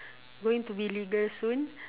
going to be legal soon